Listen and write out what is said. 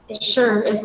Sure